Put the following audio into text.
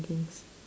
meetings